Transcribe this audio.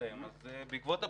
בעקבות הפנייה,